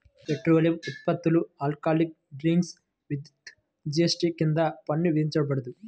petroleum ఉత్పత్తులు, alcoholic drinks, విద్యుత్పై GST కింద పన్ను విధించబడదు